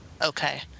Okay